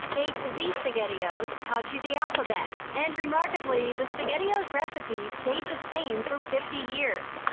a to z spaghettios taught you the alphabet. and, remarkably, the spaghettios recipe stayed the same for fifty years.